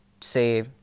say